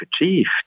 achieved